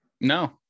no